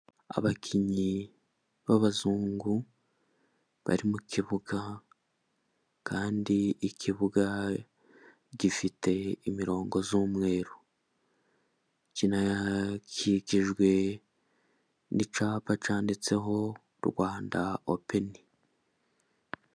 Abakinnyi b'abazungu bari mu kibuga kandi ikibuga gifite imirongo y'umweru. Kinakikijwe n'icyapa cyanditseho: Rwanda open.